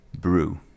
Brew